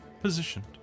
positioned